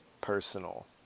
personal